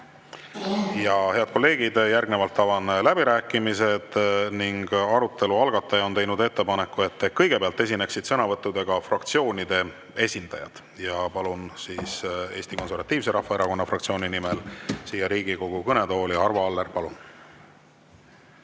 Head kolleegid, järgnevalt avan läbirääkimised. Arutelu algataja on teinud ettepaneku, et kõigepealt esineksid sõnavõttudega fraktsioonide esindajad. Palun Eesti Konservatiivse Rahvaerakonna fraktsiooni nimel siia Riigikogu kõnetooli Arvo Alleri. Palun!